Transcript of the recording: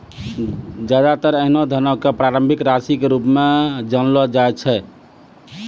ज्यादातर ऐन्हों धन क प्रारंभिक राशि के रूप म जानलो जाय छै